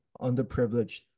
underprivileged